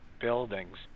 buildings